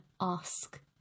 ask